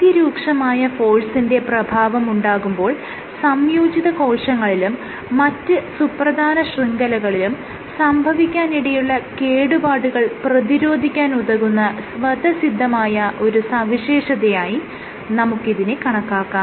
അതിരൂക്ഷമായ ഫോഴ്സിന്റെ പ്രഭാവമുണ്ടാകുമ്പോൾ സംയോജിത കോശങ്ങളിലും മറ്റ് സുപ്രധാന ശൃംഖലകളിലും സംഭവിക്കാനിടയുള്ള കേടുപാടുകൾ പ്രതിരോധിക്കാൻ ഉതകുന്ന സ്വതസിദ്ധമായ ഒരു സവിശേഷതയായി നമുക്കിതിനെ കണക്കാക്കാം